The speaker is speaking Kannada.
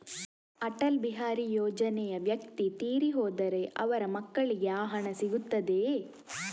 ಅಟಲ್ ಬಿಹಾರಿ ಯೋಜನೆಯ ವ್ಯಕ್ತಿ ತೀರಿ ಹೋದರೆ ಅವರ ಮಕ್ಕಳಿಗೆ ಆ ಹಣ ಸಿಗುತ್ತದೆಯೇ?